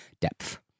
depth